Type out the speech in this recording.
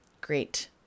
Great